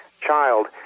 child